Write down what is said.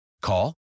Call